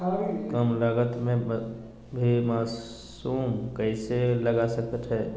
कम लगत मे भी मासूम कैसे उगा स्केट है?